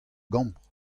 gambr